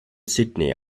sydney